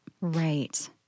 Right